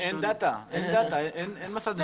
אין דאטה, אין מסד נתונים.